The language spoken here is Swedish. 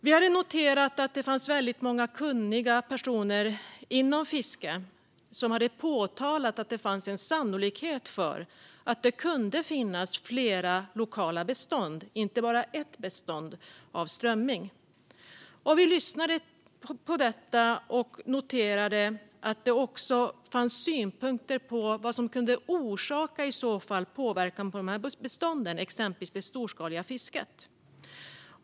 Vi hade noterat att det fanns väldigt många kunniga personer inom fisket som hade påpekat att det fanns en sannolikhet för att det kunde finnas flera lokala bestånd och inte bara ett bestånd av strömming. Vi lyssnade på detta och noterade att det också fanns synpunkter på vad som i så fall kunde orsaka påverkan på dessa bestånd, exempelvis det storskaliga fisket.